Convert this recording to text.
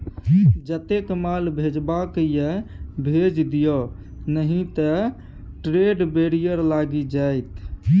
जतेक माल भेजबाक यै भेज दिअ नहि त ट्रेड बैरियर लागि जाएत